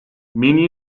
many